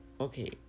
okay